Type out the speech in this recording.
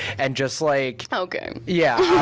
and just like okay. yeah